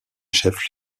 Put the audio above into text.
chef